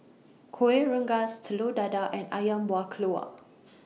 Kuih Rengas Telur Dadah and Ayam Buah Keluak